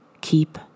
Keep